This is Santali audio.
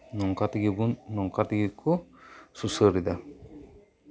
ᱱᱚᱝᱠᱟ ᱛᱮᱜᱮᱵᱚᱱ ᱱᱚᱝᱠᱟ ᱛᱮᱜᱮᱠᱚ ᱥᱩᱥᱟᱹᱨᱮᱫᱟ